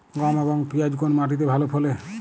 গম এবং পিয়াজ কোন মাটি তে ভালো ফলে?